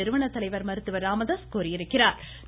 நிறுவனர் தலைவர் மருத்துவர் ராமதாஸ் கூறியுள்ளா்